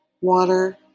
water